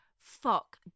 fuck